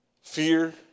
Fear